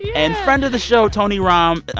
and friend of the show tony romm,